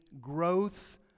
growth